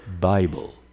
Bible